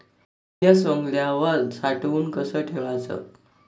धान्य सवंगल्यावर साठवून कस ठेवाच?